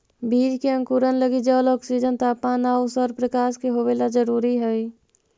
बीज के अंकुरण लगी जल, ऑक्सीजन, तापमान आउ सौरप्रकाश के होवेला जरूरी हइ